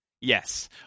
Yes